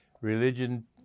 religion